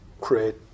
create